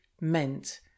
meant